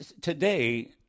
today